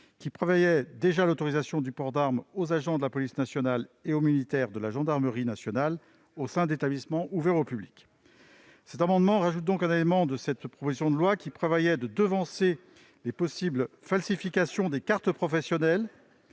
Elle prévoyait déjà l'autorisation du port d'arme aux agents de la police nationale ou aux militaires de la gendarmerie nationale au sein d'établissements ouverts au public. Cet amendement ajoute donc un élément de cette proposition de loi, qui prévoyait de devancer les possibles falsifications des cartes professionnelles,